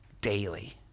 daily